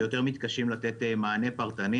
ויותר מתקשים לתת מענה פרטני.